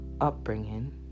upbringing